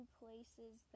places